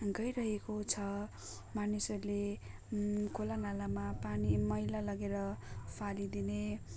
गइरहेको छ मानिसहरूले खोलानालामा पानी मैला लगेर फालिदिने